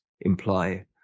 imply